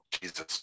Jesus